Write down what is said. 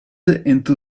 into